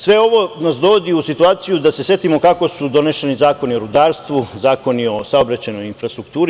Sve ovo nas dovodi u situaciju da se setimo kako su donošeni zakoni o rudarstvu, zakoni o saobraćajnoj infrastrukturi.